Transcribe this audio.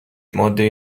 ماده